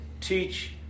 teach